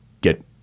get